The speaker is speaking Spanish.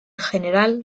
general